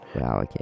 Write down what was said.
Wow